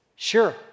Sure